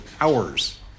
hours